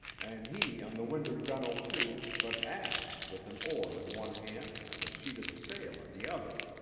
and he on the wind'ard gunnel, too, but aft, with an oar in one hand and the sheet of the sail in the other.